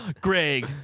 Greg